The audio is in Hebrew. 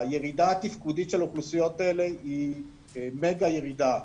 הירידה התפקודית של האוכלוסיות האלה היא מגה ירידה.